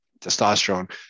testosterone